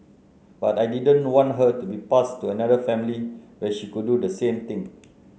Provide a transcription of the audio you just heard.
but I didn't want her to be passed to another family where she could do the same thing